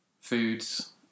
foods